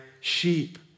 sheep